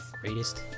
Greatest